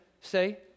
say